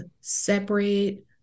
separate